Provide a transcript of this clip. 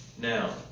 Now